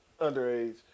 Underage